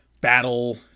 battle